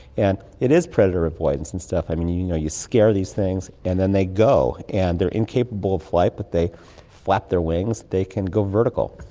and it is predator avoidance and stuff. i mean, you know you scare these things and then they go, and they're incapable of flight but they flap their wings, they can go vertical.